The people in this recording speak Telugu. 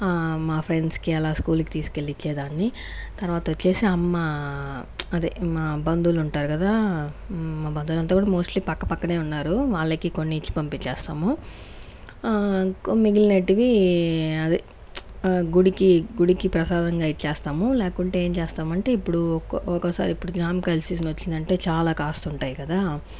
మా ఫ్రెండ్స్కి అలా స్కూల్కి తీసుకెళ్లి ఇచ్చేదాన్ని తర్వాత వచ్చేసి అమ్మ అదే మా బంధువులు ఉంటారు కదా మా బంధువులు అంతా కూడా మోస్ట్లీ పక్క పక్కనే ఉన్నారు వాళ్లకి కొన్ని ఇచ్చి పంపించేస్తాము ఇంకా మిగిలినటివి అదే గుడికి గుడికి ప్రసాదంగా ఇచ్చేస్తాము లేకుంటే ఏం చేస్తాము అంటే ఇప్పుడు ఒక్కో ఒక్కోసారి ఇప్పుడు జామకాయల సీజన్ వచ్చిందంటే చాలా కాస్తుంటాయి కదా